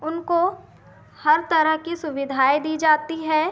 उनको हर तरह की सुविधाएँ दी जाती है